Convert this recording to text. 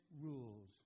rules